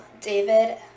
David